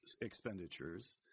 expenditures